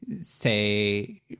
say